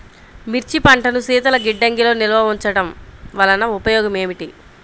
మిర్చి పంటను శీతల గిడ్డంగిలో నిల్వ ఉంచటం వలన ఉపయోగం ఏమిటి?